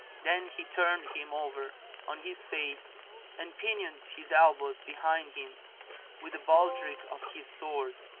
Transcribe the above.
then he turned him over on his face and pinioned his elbows behind him with the baldrick of his sword,